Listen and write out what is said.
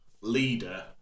leader